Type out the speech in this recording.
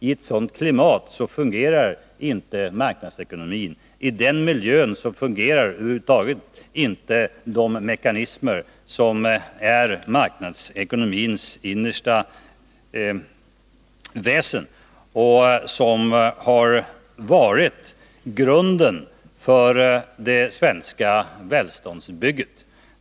I ett sådant klimat fungerar inte marknadsekonomin. I den miljön fungerar över huvud taget inte de mekanismer som är marknadsekonomins innersta väsen och som har varit grunden för det svenska välståndsbygget.